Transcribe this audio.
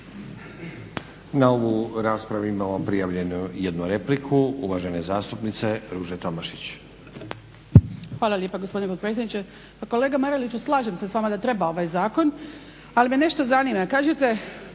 Na ovu raspravu imamo prijavljenu jednu repliku, uvažene zastupnice Ruže Tomašić.